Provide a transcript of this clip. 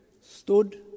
stood